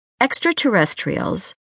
Extraterrestrials